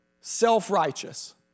Self-righteous